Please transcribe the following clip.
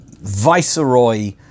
viceroy